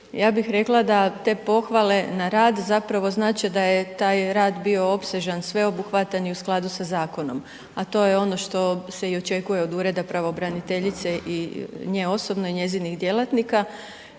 Ja bih rekla, da te pohvale na rad, zapravo znače da je taj rad bio opsežan, sveobuhvatan i u skladu sa zakonom. A to je ono što se i očekuje od Ureda pravobraniteljice i nje osobno i njezinih djelatnika.